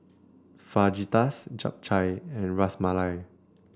Fajitas Japchae and Ras Malai